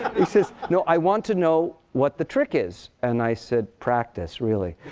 he says, no. i want to know what the trick is. and i said, practice, really.